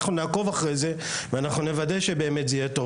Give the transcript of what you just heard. אנחנו נעקוב אחרי זה ואנחנו נוודא שבאמת זה יהיה טוב.